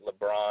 LeBron